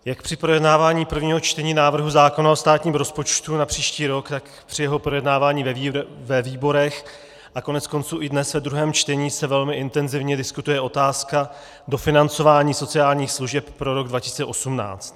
Jak při projednávání prvního čtení návrhu zákona o státním rozpočtu na příští rok, tak při jeho projednávání ve výborech a koneckonců i dnes ve druhém čtení se velmi intenzivně diskutuje otázka dofinancování sociálních služeb pro rok 2018.